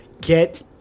Get